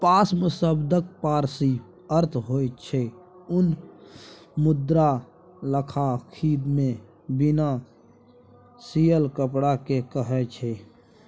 पाश्म शब्दक पारसी अर्थ होइ छै उन मुदा लद्दाखीमे बिना सियल कपड़ा केँ कहय छै